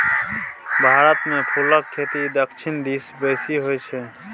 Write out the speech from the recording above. भारतमे फुलक खेती दक्षिण दिस बेसी होय छै